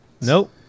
Nope